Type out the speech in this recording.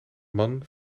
man